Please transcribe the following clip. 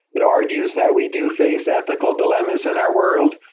it argues that we do face ethical dilemmas in our world,